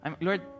Lord